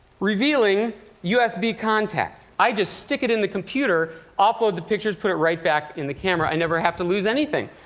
revealing usb contacts. i just stick it in the computer, offload the pictures, put it right back in the camera. i never have to lose anything.